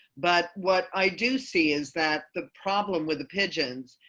but what i do see is that the problem with the pigeons,